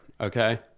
Okay